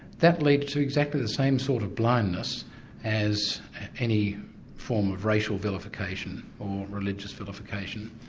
that leads to exactly the same sort of blindness as any form of racial vilification or religious vilification.